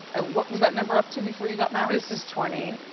and what was that number up to before you got married? this is twenty.